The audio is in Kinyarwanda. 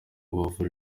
bavura